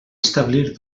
establir